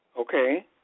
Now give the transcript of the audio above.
Okay